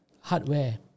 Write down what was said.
hardware